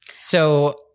So-